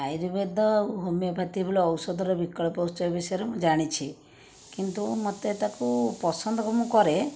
ଆୟୁର୍ବେଦ ଆଉ ହୋମିଓପାଥି ଭଳିଆ ଔଷଧର ବିକଳ୍ପ ଉତ୍ସ ବିଷୟରେ ମୁଁ ଜାଣିଛି କିନ୍ତୁ ମୋତେ ତାକୁ ପସନ୍ଦକୁ ମୁଁ କରେ